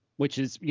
which is, yeah